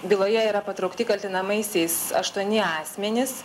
byloje yra patraukti kaltinamaisiais aštuoni asmenys